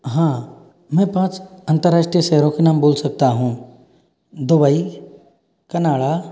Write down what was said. हाँ मैं पाँच अंतर्राष्ट्रीय शहरों के नाम बोल सकता हूँ दुबई कनाडा